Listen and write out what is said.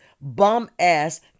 bum-ass